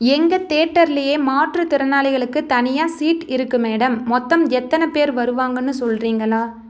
எங்கள் தேட்டர்லையே மாற்றுத்திறனாளிகளுக்கு தனியாக சீட் இருக்குது மேடம் மொத்தம் எத்தனை பேர் வருவாங்கன்னு சொல்றீங்களா